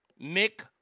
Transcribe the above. Mick